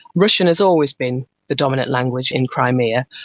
russian has always been the dominant language in crimea,